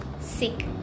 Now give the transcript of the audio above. sick